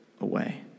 away